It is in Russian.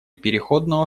переходного